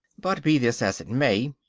but, be this as it may,